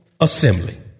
assembly